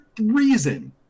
reason